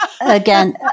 again